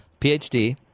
PhD